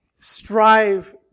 strive